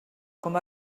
com